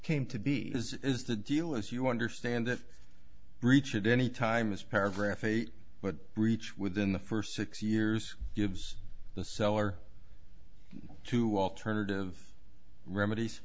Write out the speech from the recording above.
came to be is the deal as you understand it reach it any time is paragraph eight but reach within the first six years gives the seller two alternative remedies